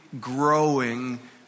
growing